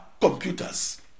computers